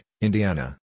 Indiana